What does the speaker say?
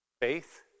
Faith